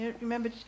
Remember